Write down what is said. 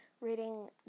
reading